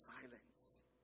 silence